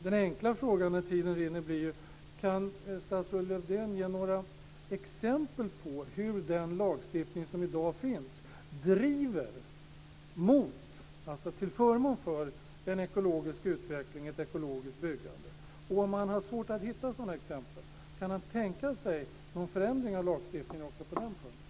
Den enkla frågan när tiden rinner blir: Kan statsrådet Lövdén ge några exempel på hur den lagstiftning som i dag finns är till förmån för en ekologisk utveckling och ett ekologiskt byggande? Om han har svårt att hitta sådana exempel, kan han då tänka sig någon förändring av lagstiftningen också på den punkten?